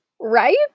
Right